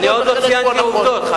אני עוד לא ציינתי עובדות.